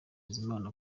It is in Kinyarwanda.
bizimana